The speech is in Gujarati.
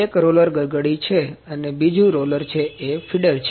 એક રોલર ગરગડી છે અને બીજું રોલર છે એ ફીડર છે